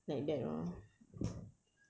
like that lor